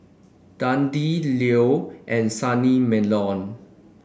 Dundee Leo and Sunny Meadow